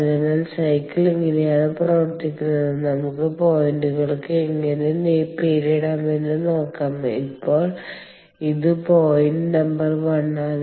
അതിനാൽ സൈക്കിൾ ഇങ്ങനെയാണ് പ്രവർത്തിക്കുന്നത് നമുക്ക് പോയിന്റുകൾക്ക് എങ്ങനെ പേരിടാം എന്ന് നോക്കാം ഇപ്പോൾ ഇത് പോയിന്റ് നമ്പർ 1 ആണ്